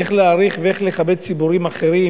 ואיך להעריך ואיך לכבד ציבורים אחרים,